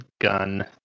gun